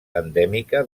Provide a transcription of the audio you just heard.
endèmica